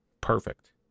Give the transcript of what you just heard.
Perfect